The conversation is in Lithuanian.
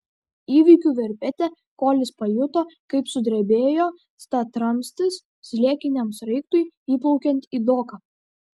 įvykių verpete kolis pajuto kaip sudrebėjo statramstis sliekiniam sraigtui įplaukiant į doką